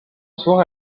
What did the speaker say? soir